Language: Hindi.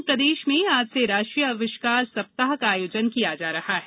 वहीं प्रदेश में आज से राष्ट्रीय अविष्कार सप्ताह का आयोजन किया जा रहा है